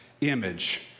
image